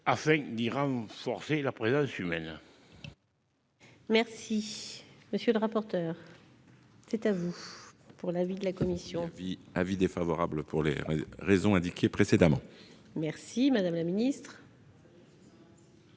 afin d'y renforcer la présence humaine. Merci, monsieur le rapporteur, c'est à vous pour l'avis de la commission. Avis défavorable pour les raisons indiquées précédemment. Merci madame la ministre.